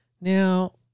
Now